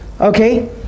okay